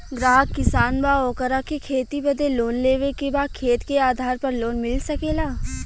ग्राहक किसान बा ओकरा के खेती बदे लोन लेवे के बा खेत के आधार पर लोन मिल सके ला?